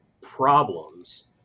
problems